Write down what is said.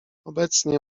obecnie